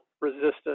resistance